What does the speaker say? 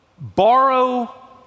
Borrow